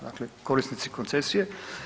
Dakle, korisnici koncesije.